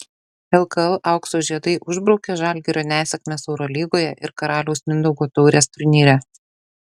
lkl aukso žiedai užbraukė žalgirio nesėkmes eurolygoje ir karaliaus mindaugo taurės turnyre